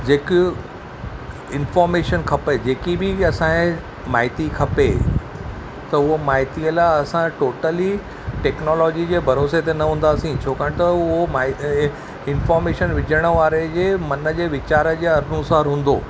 जेकियूं इनफॉर्मेशन खपे जेकी बि असांखे माहिती खपे त उहो माहीती लाइ असां टोटली टेक्नोलॉजीअ जे भरोसे ते न हूंदासी छाकाणि त उहो इनफॉर्मेशन विझण वारे जे मन जे विचार जे अनुसार हूंदो